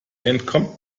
entkommt